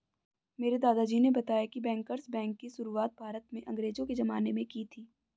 मेरे दादाजी ने बताया की बैंकर्स बैंक की शुरुआत भारत में अंग्रेज़ो के ज़माने में की थी